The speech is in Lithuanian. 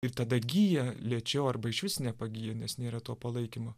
ir tada gyja lėčiau arba išvis nepagyja nes nėra to palaikymo